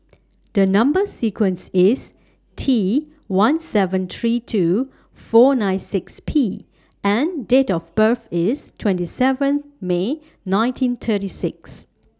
The Number sequence IS T one seven three two four nine six P and Date of birth IS twenty seven May nineteen thirty six